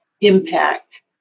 impact